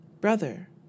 brother